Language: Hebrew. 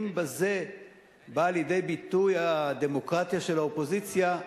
אם בזה באה לידי ביטוי הדמוקרטיה של האופוזיציה,